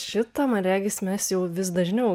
šitą man regis mes jau vis dažniau